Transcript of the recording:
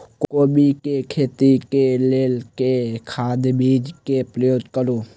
कोबी केँ खेती केँ लेल केँ खाद, बीज केँ प्रयोग करू?